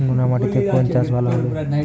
নোনা মাটিতে কোন চাষ ভালো হবে?